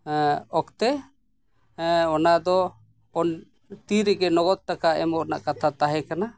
ᱚᱠᱛᱮ ᱚᱱᱟᱫᱚ ᱚᱱ ᱛᱤ ᱨᱮ ᱜᱮ ᱞᱚᱜᱚᱫᱽ ᱴᱟᱠᱟ ᱮᱢᱚᱜ ᱨᱮᱭᱟᱜ ᱠᱟᱛᱷᱟ ᱛᱟᱦᱮᱸ ᱠᱟᱱᱟ